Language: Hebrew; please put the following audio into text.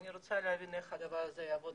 אני רוצה להבין איך הדבר הזה יעבוד